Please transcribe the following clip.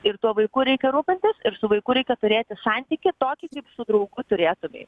ir tuo vaiku reikia rūpintis ir su vaiku reikia turėti santykį tokį kaip su draugu turėtumei